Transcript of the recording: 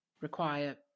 require